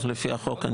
לפי החוק?